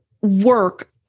work